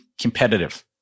competitive